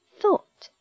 thought